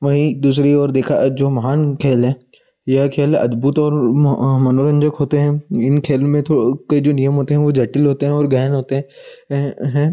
वहीं दूसरी ओर देखा जो महान खेल हैं यह खेल अद्भुत और मनोरंजक होते हैं इन खेल में तो के जो नियम होते हैं वह जटिल होते हैं और गहन होते हैं हैं